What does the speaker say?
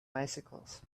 bicycles